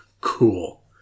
Cool